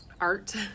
art